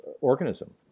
organism